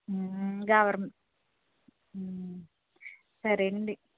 గాబరం సరే అండి